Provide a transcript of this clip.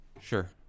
Sure